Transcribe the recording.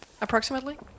approximately